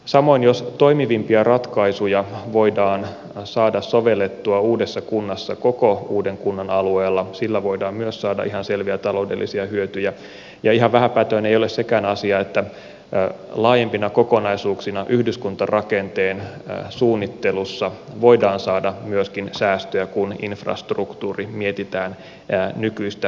samoin jos toimivimpia ratkaisuja voidaan saada sovellettua uudessa kunnassa koko uuden kunnan alueella sillä voidaan myös saada ihan selviä taloudellisia hyötyjä ja ihan vähäpätöinen ei ole sekään asia että laajempina kokonaisuuksina yhdyskuntarakenteen suunnittelussa voidaan saada myöskin säästöjä kun infrastruktuuri mietitään nykyistä järkevämmin